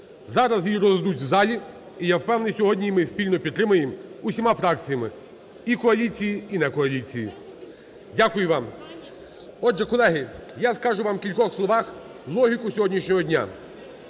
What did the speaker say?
Зараз її роздадуть в залі, і, я впевнений, сьогодні ми її спільно підтримаємо всіма фракціями, і коаліції, і не коаліції. Дякую вам. Отже, колеги, я вам скажу в кількох словах логіку сьогоднішнього дня.